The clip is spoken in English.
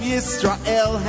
Yisrael